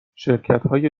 شرکتهای